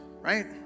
right